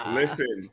listen